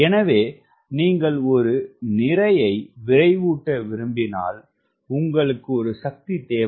எனவே நீங்கள் ஒரு நிறையை விரைவூட்ட விரும்பினால் உங்களுக்கு ஒரு சக்தி தேவை